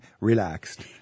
relaxed